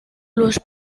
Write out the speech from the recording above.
los